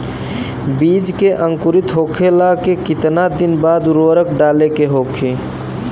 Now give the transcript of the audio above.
बिज के अंकुरित होखेला के कितना दिन बाद उर्वरक डाले के होखि?